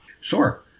Sure